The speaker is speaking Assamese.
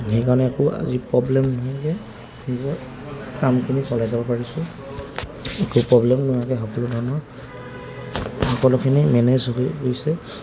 সেইকাৰণে একো আজি প্ৰব্লেম নোহোৱাকৈ নিজৰ কামখিনি চলাই যাব পাৰিছোঁ একো প্ৰব্লেম নোহোৱাকৈ সকলো ধৰণৰ সকলোখিনি মেনেজ হৈ গৈছে